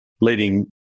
leading